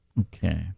Okay